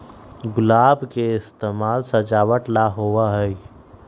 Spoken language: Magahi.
गुलाब के इस्तेमाल सजावट ला होबा हई